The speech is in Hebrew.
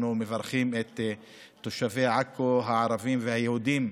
אנחנו מברכים את תושבי עכו, הערבים והיהודים,